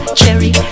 cherry